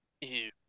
Ew